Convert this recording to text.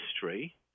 history